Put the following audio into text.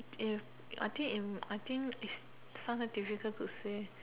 if I think if I think is sometime difficult to say